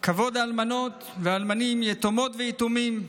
כבוד האלמנות ואלמנים, יתומות ויתומים,